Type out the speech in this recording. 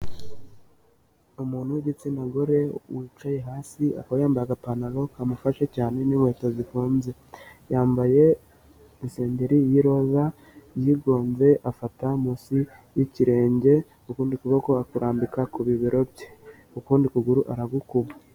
Umuntu w'igitsina gore wicaye hasi akaba yambaye agapantaro kamufashe cyane n'inkweto zifunze. Yambaye isengeri y'iroza yigunze afata munsi y'ikirenge, ukundi kuboko akurambika ku bibero bye, ukundi kuguru aragukuba.